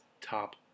top